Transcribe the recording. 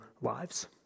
lives